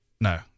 No